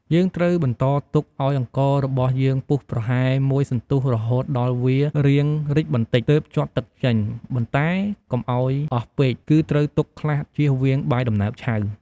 យើងត្រូវបន្តទុកឱ្យអង្កររបស់យើងពុះប្រហែលមួយសន្ទុះរហូតដល់វារាងរីកបន្តិច ទើបជាត់ទឹកចេញ ប៉ុន្តែកុំឱ្យអស់ពេក គឺត្រូវទុកខ្លះ ជៀសវាងបាយដំណើបឆៅ។